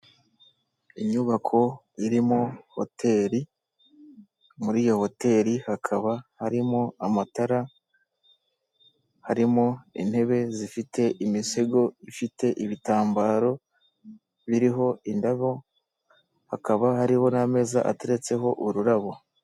Inyubako irimo hoteli, muri iyo hoteli hakaba harimo amatara harimo intebe zifite imisego ifite ibitambaro biriho indabo hakaba hariho n'amezaza ateretseho ururabo.